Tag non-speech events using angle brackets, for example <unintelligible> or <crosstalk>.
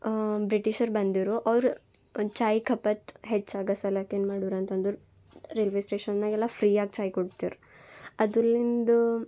ಬ್ರಿಟಿಷರು ಬಂದಿದ್ರು ಅವ್ರು ಚಾಯ್ ಕಪ್ <unintelligible> ಹೆಚ್ಚಾ್ಗಿ ಸಲಕ್ಕ ಏನು ಮಾಡುರಂತಂದ್ರೆ ರೈಲ್ವೆ ಸ್ಟೇಷನ್ದಾಗೆಲ್ಲ ಫ್ರೀಯಾಗಿ ಚಾಯ್ ಕೊಡ್ತಿರು ಅದುಲಿಂದ